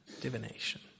Divination